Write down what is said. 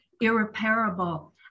irreparable